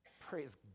Praise